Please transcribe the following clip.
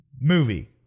movie